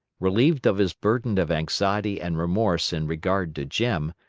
relieved of his burden of anxiety and remorse in regard to jim,